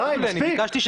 די מספיק.